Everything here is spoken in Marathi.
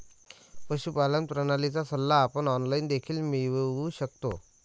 पशुपालन प्रणालीचा सल्ला आपण ऑनलाइन देखील मिळवू शकतो